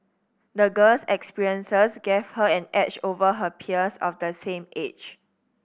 the girl's experiences gave her an edge over her peers of the same age